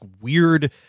weird